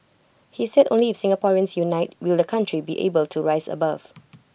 he said only if Singaporeans unite will the country be able to rise above